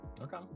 Okay